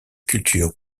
culture